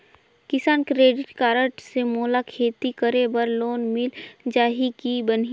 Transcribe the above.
किसान credit card से मोला खेती करे बर लोन मिल जाहि की बनही??